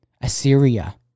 Assyria